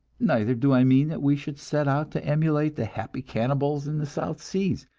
neither do i mean that we should set out to emulate the happy cannibals in the south seas.